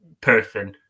person